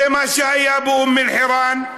זה מה שהיה באום אל-חיראן,